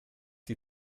die